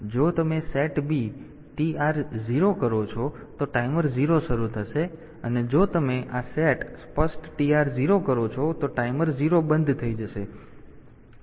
તેથી જો તમે SETB TR0 કરો છો તો ટાઈમર 0 શરૂ થશે અને જો તમે આ સેટ સ્પષ્ટ TR0 કરો છો તો ટાઈમર 0 બંધ થઈ જશે